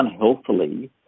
unhealthily